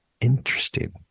Interesting